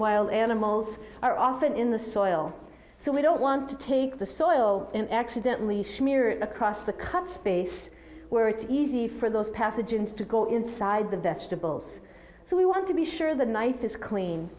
wild animals are often in the soil so we don't want to take the soil and accidentally shear it across the cut space where it's easy for those pathogens to go inside the vegetables so we want to be sure the knife is clean